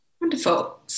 Wonderful